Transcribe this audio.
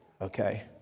okay